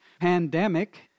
pandemic